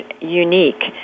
unique